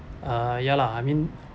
ah ya lah I mean